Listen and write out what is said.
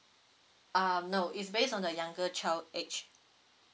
um no is based on the younger child age